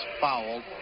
fouled